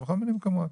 בכל מיני מקומות.